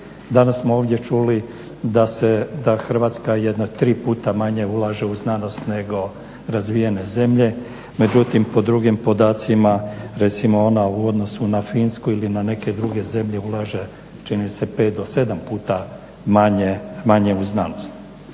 Danas smo ovdje čuli da Hrvatska jedno tri puta manje ulaže u znanost nego razvijene zemlje, međutim po drugim podacima recimo ona uvodno su na Finsku ili na neke druge zemlje ulaže čini se 5 do 7 puta manje u znanost.